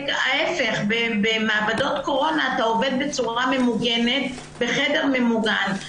במעבדות קורונה אתה עובד בצורה ממוגנת ובחדר ממוגן.